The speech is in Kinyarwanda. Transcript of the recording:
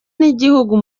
n’igihugu